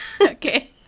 Okay